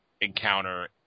encounter